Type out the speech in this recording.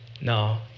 no